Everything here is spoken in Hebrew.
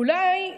אולי,